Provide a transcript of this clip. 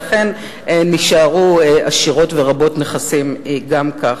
ואכן הן יישארו עשירות ורבות נכסים גם כך.